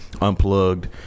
unplugged